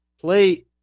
Play